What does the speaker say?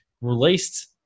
released